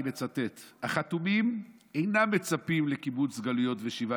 אני מצטט: "החתומים אינם מצפים לקיבוץ גלויות ושיבה